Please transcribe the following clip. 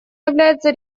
является